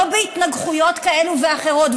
לא בהתנגחויות כאלה ואחרות,